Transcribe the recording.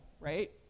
right